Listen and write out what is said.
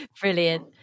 Brilliant